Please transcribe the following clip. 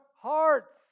Hearts